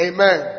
Amen